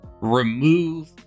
Remove